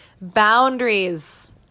boundaries